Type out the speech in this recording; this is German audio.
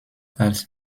als